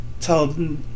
Tell